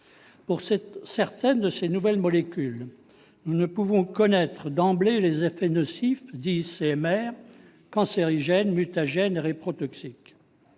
Pour certaines de ces nouvelles molécules, nous ne pouvons connaître d'emblée les effets nocifs dits « CMR », c'est-à-dire cancérigènes, mutagènes et reprotoxiques.